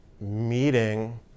meeting